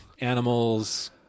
animals